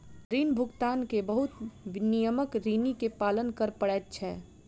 ऋण भुगतान के बहुत नियमक ऋणी के पालन कर पड़ैत छै